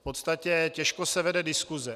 V podstatě těžko se vede diskuse.